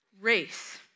race